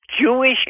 Jewish